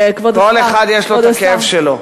כל אחד יש לו הכאב שלו.